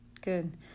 Good